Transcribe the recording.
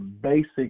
basic